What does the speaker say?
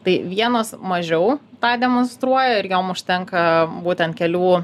tai vienos mažiau tą demonstruoja ir jom užtenka būtent kelių